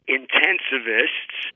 intensivists